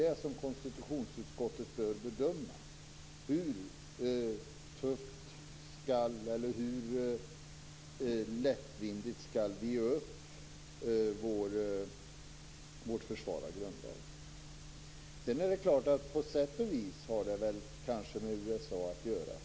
Vad konstitutionsutskottet bör bedöma är hur lättvindigt vi skall ge upp vårt försvar av grundlagen. På sätt och vis har det väl kanske med USA att göra.